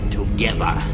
together